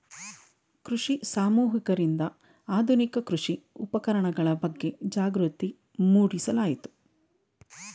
ಕೃಷಿ ಸಮೂಹಕರಿಂದ ಆಧುನಿಕ ಕೃಷಿ ಉಪಕರಣಗಳ ಬಗ್ಗೆ ಜಾಗೃತಿ ಮೂಡಿಸಲಾಯಿತು